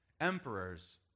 emperors